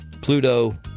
Pluto